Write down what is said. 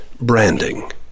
branding